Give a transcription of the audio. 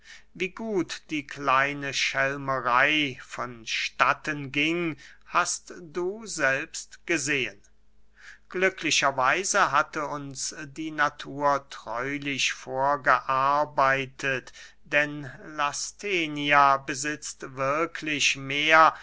wie gut die kleine schelmerey von statten ging hast du selbst gesehen glücklicher weise hatte uns die natur treulich vorgearbeitet denn lasthenia besitzt wirklich mehr